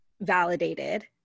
validated